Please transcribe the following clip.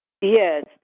Yes